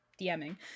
DMing